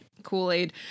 kool-aid